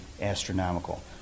astronomical